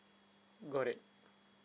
got it